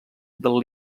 del